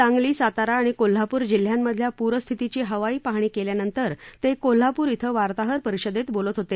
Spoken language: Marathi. सांगली सातारा आणि कोल्हापूर जिल्ह्यांमधल्या प्रस्थितीची हवाई पाहणी केल्यानंतर ते कोल्हापूर अं वार्ताहर परिषदेत बोलत होते